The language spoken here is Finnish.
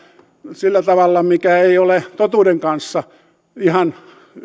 sillä tavalla mikä ei ole totuuden kanssa ihan